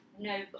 No